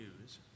news